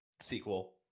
sequel